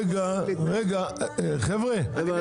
משרד